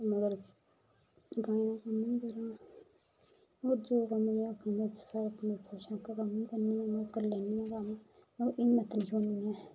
मगर गाएं दा कम्म बी करना रोजा दा कम्म च खुश ऐ मतलब इक करी लैन्नी आं आ'ऊं कम्म बा इन्ना तजुर्बा नेईं ऐ